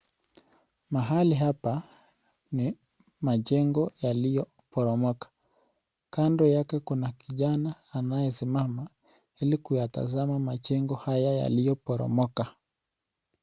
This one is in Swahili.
Mahali hapa ni majengo yaliyoporomoka kando yake kuna kijana anayesimama ili kuyatazama majengo haya yaliyoporomoka.